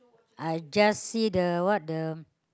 I just see the what the